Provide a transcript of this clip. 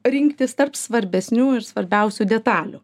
rinktis tarp svarbesnių ir svarbiausių detalių